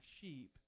sheep